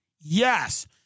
Yes